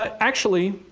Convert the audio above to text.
ah actually,